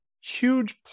huge